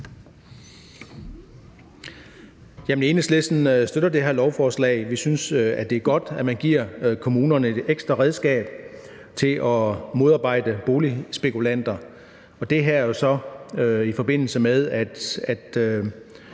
Enhedslisten støtter det her lovforslag. Vi synes, det er godt, at man giver kommunerne et ekstra redskab til at modarbejde boligspekulanter. Det er så, i forbindelse med at